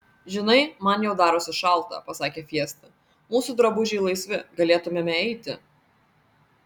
žinai man jau darosi šalta pasakė fiesta mūsų drabužiai laisvi galėtumėme eiti